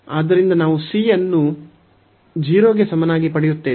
ಆದ್ದರಿಂದ ನಾವು c ಅನ್ನು 0 ಗೆ ಸಮನಾಗಿ ಪಡೆಯುತ್ತೇವೆ